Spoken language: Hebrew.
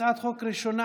הצעת חוק ראשונה,